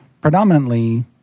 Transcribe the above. Predominantly